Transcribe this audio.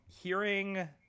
hearing